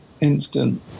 instant